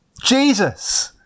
Jesus